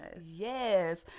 yes